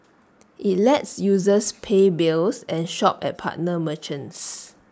IT lets users pay bills and shop at partner merchants